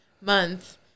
month